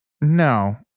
No